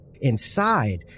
Inside